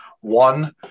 One